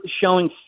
showing